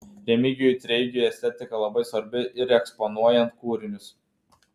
remigijui treigiui estetika labai svarbi ir eksponuojant kūrinius